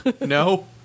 No